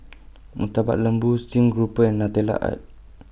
Murtabak Lembu Stream Grouper and Nutella Tart